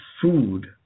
food